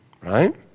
right